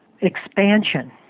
expansion